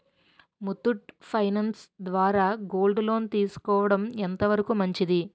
Muthoot finance ద్వారా gold loan తీసుకోవడం ఎంత వరకు మంచిది?